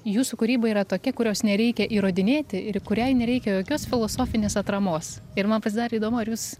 jūsų kūryba yra tokia kurios nereikia įrodinėti ir kuriai nereikia jokios filosofinės atramos ir man pasidarė įdomu ar jūs